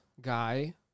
guy